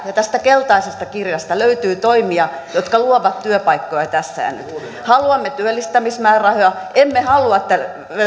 ja tästä keltaisesta kirjasta löytyy toimia jotka luovat työpaikkoja tässä ja nyt haluamme työllistämismäärärahoja emme halua että